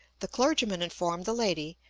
the clergyman informed the lady,